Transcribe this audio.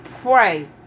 pray